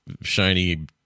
shiny